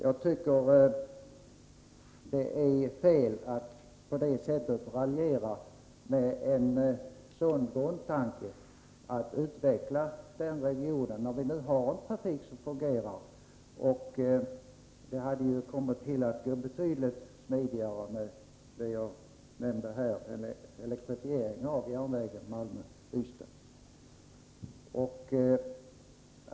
Jag tycker det är fel att på detta sätt raljera över en sådan grundtanke att utveckla denna region, när vi nu har en trafik som fungerar. Det hela skulle gå betydligt smidigare med det jag nämnde, en elektrifiering av järnvägen Malmö-Ystad.